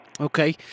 Okay